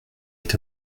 est